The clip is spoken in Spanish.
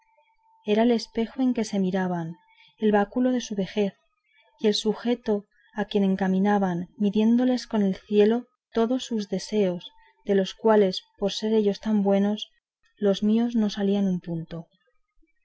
era el espejo en que se miraban el báculo de su vejez y el sujeto a quien encaminaban midiéndolos con el cielo todos sus deseos de los cuales por ser ellos tan buenos los míos no salían un punto